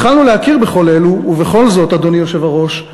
התחלנו להכיר בכל אלו, ובכל זאת, אדוני היושב-ראש,